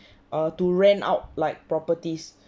err to rent out like properties